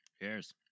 Cheers